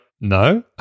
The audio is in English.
no